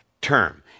term